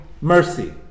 mercy